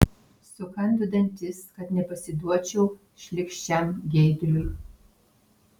sukandau dantis kad nepasiduočiau šlykščiam geiduliui